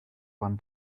one